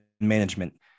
management